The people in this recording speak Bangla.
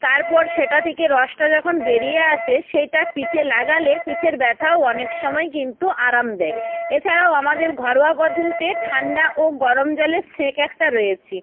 তারপর সেটা থেকে রসটা যখন বেরিয়ে আসে সেইটা পিঠে লাগালে পিঠের ব্যথাও অনেক সময় কিন্তু আরাম দেয় এছাড়াও আমাদের ঘরোয়া পদ্ধতিতে ঠান্ডা ও গরম জলের সেঁক একটা রয়েছে